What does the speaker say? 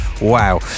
wow